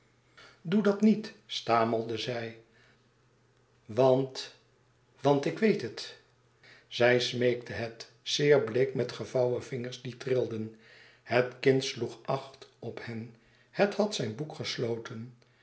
doe dat niet stamelde zij want want ik weet het zij smeekte het zeer bleek met gevouwen vingers die trilden het kind sloeg acht op hen het had zijn boek gesloten